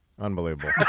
Unbelievable